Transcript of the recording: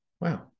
Wow